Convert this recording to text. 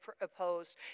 opposed